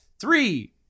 Three